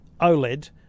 OLED